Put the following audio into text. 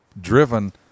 Driven